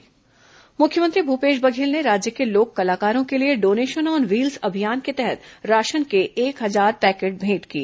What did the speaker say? corona लोक कलाकार अनाज मुख्यमंत्री भूपेश बघेल ने राज्य के लोक कलाकारों के लिए डोनेशन ऑन व्हील्स अभियान के तहत राशन के एक हजार पैकेट भेंट किए